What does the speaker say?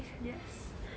yes